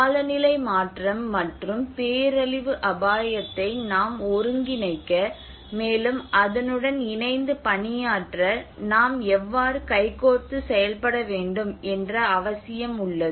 காலநிலை மாற்றம் மற்றும் பேரழிவு அபாயத்தை நாம் ஒருங்கிணைக்க மேலும் அதனுடன் இணைந்து பணியாற்ற நாம் எவ்வாறு கைகோர்த்து செயல்பட வேண்டும் என்ற அவசியம் உள்ளது